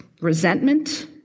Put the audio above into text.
resentment